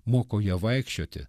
moko ją vaikščioti